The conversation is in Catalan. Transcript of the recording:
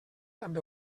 també